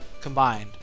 combined